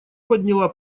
подняла